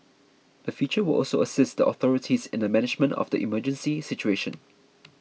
the feature will also assist the authorities in the management of the emergency situation